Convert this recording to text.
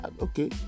okay